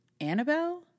Annabelle